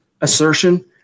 assertion